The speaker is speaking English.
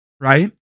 Right